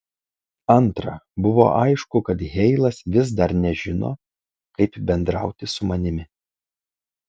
antra buvo aišku kad heilas vis dar nežino kaip bendrauti su manimi